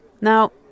Now